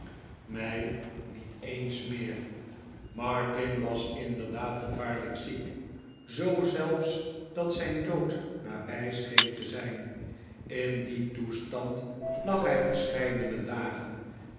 mij niet eens meer martin was inderdaad gevaarlijk ziek zoo zelfs dat zijn dood nabij scheen te zijn in dien toestand lag hij verscheidene dagen